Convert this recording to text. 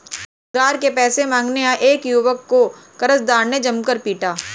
उधार के पैसे मांगने आये एक युवक को कर्जदार ने जमकर पीटा